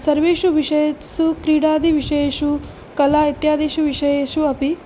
सर्वेषु विषयेषु क्रीडादिविषयेषु कला इत्यादिषु विषयेषु अपि